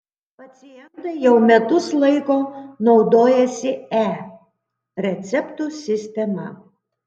pacientai jau metus laiko naudojasi e receptų sistema